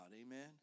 amen